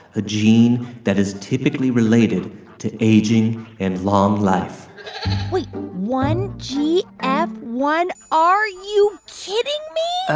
a gene that is typically related to aging and long life wait. one g f one r you kidding me?